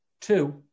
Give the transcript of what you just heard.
Two